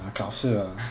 考试啊